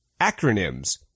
Acronyms